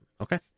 Okay